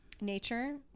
nature